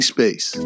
Space